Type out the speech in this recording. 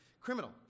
criminal